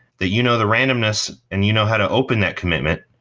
that you know the randomness and you know how to open that commitment,